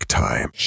time